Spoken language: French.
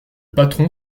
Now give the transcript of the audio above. patron